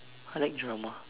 I like drama